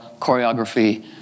choreography